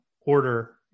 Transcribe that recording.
order